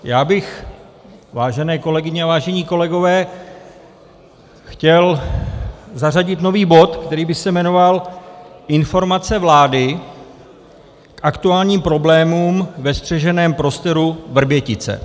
Já bych, vážené kolegyně a vážení kolegové, chtěl zařadit nový bod, který by se jmenoval Informace vlády k aktuálním problémům ve střeženém prostoru Vrbětice.